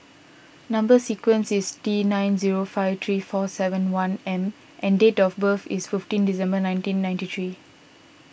Number Sequence is T nine zero five three four seven one M and date of birth is fifteen December nineteen ninety three